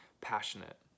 passionate